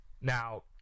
Now